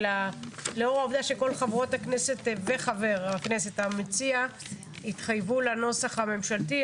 לאור העובדה שכל חברות הכנסת וחבר הכנסת המציע התחייבו לנוסח הממשלתי,